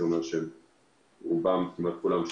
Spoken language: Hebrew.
וכמעט כולם,